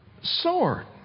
sword